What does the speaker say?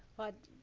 but,